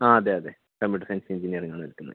ആ അതെ അതെ കമ്പ്യൂട്ടർ സയൻസ് എഞ്ചിനീയറിംഗ് ആണ് എടുക്കുന്നത്